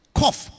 cough